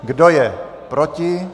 Kdo je proti?